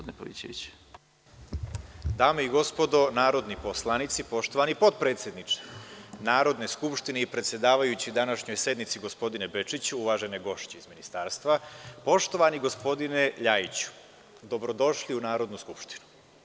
Dame i gospodo narodni poslanici, poštovani potpredsedniče Narodne skupštine i predsedavajući današnjoj sednici, gospodine Bečiću, uvažene gošće iz Ministarstva, poštovani gospodine Ljajiću, dobrodošli u Narodnu skupštinu.